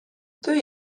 peut